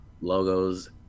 logos